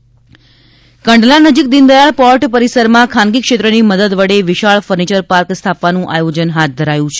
કંડલા મનસુખ માંડવીયા કંડલા નજીક દિનદયાળ પોર્ટ પરિસરમાં ખાનગી ક્ષેત્રની મદદ વડે વિશાળ ફર્નિચર પાર્ક સ્થાપવાનું આયોજન હાથ ધરાયું છે